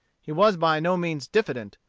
he was by no means diffident.